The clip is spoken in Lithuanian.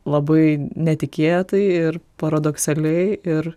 labai netikėtai ir paradoksaliai ir